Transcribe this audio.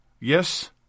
Yes